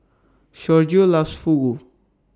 Sergio loves Fugu